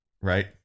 right